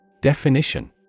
definition